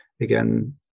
again